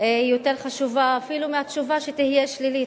יותר חשובים אפילו מהתשובה, שתהיה שלילית,